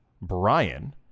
Brian